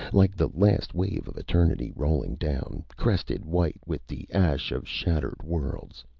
like the last wave of eternity rolling down, crested white with the ash of shattered worlds.